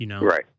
Right